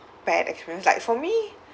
bad experience like for me